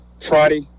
Friday